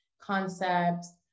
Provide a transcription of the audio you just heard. concepts